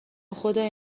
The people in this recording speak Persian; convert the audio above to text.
خدای